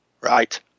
Right